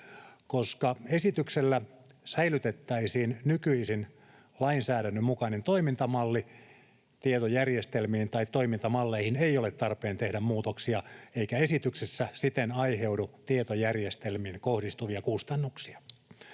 Koska esityksellä säilytettäisiin nykyisen lainsäädännön mukainen toimintamalli, tietojärjestelmiin tai toimintamalleihin ei ole tarpeen tehdä muutoksia, eikä esityksestä siten aiheudu tietojärjestelmiin kohdistuvia kustannuksia.